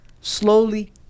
slowly